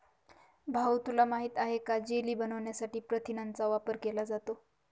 भाऊ तुला माहित आहे का जेली बनवण्यासाठी प्रथिनांचा वापर केला जातो